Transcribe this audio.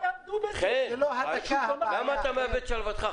--- רגע חן, למה אתה מאבד את שלוותך?